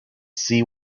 see